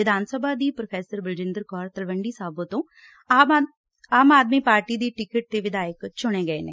ਵਿਧਾਨ ਸਭਾ ਦੀ ਪ੍ਰੋਫੈਸਰ ਬਲਜਿੰਦਰ ਕੌਰ ਤਲਵੰਡੀ ਸਾਬੋ ਤੋਂ ਆਮ ਆਦਮੀ ਪਾਰਟੀ ਦੀ ਟਿਕਟ ਤੇ ਵਿਧਾਇਕ ਚੁਣੇ ਗਏ ਨੇ